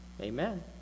Amen